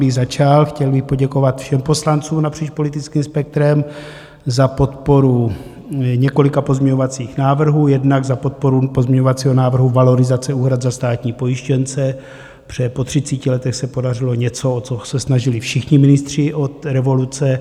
Chtěl bych poděkovat všem poslancům napříč politickým spektrem za podporu několika pozměňovacích návrhů, jednak za podporu pozměňovacího návrhu valorizace úhrad za státní pojištěnce, že po třiceti letech se podařilo něco, o co se snažili všichni ministři od revoluce.